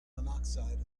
monoxide